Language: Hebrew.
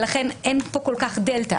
לכן אין כאן כל כך דלתא,